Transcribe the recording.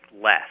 less